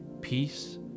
peace